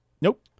Nope